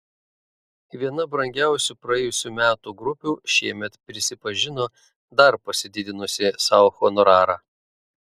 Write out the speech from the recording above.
viena brangiausių praėjusių metų grupių šiemet prisipažino dar pasididinusi sau honorarą